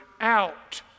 out